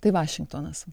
tai vašingtonas